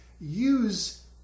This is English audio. use